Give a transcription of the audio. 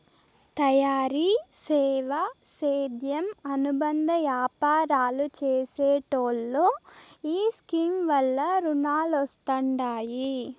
తయారీ, సేవా, సేద్యం అనుబంద యాపారాలు చేసెటోల్లో ఈ స్కీమ్ వల్ల రునాలొస్తండాయి